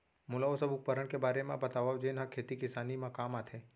मोला ओ सब उपकरण के बारे म बतावव जेन ह खेती किसानी म काम आथे?